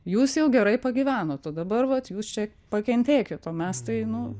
jūs jau gerai pagyvenot o dabar vat jūs čia pakentėkit o mes tai nu